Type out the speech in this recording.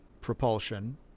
propulsion